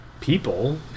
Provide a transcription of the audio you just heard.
people